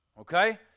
okay